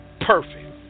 perfect